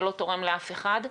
דרך לעשות את זה.